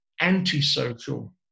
anti-social